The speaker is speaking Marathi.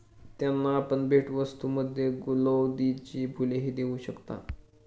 त्यांना आपण भेटवस्तूंमध्ये गुलौदीची फुलंही देऊ शकता